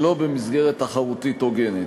שלא במסגרת תחרותית הוגנת.